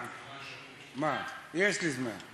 חברים, יש לי זמן,